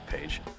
page